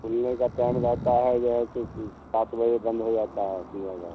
खुलने का टाइम रहता है जो है से कि सात बजे बन्द हो जाता है चिड़ियाघर